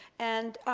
and,